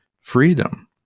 freedom